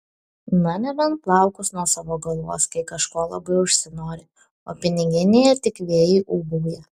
na nebent plaukus nuo savo galvos kai kažko labai užsinori o piniginėje tik vėjai ūbauja